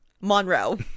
Monroe